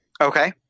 Okay